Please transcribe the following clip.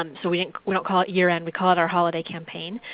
um so we and we don't call it year-end we call it our holiday campaign.